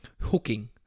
hooking